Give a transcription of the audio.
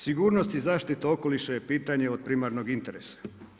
Sigurnost i zaštita okoliša je pitanje od primarnog interesa.